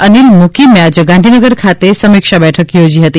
અનિલ મૂકીમે આજે ગાંધીનગર ખાતે સમીક્ષા બેઠક યોજી હતી